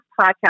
podcast